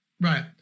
Right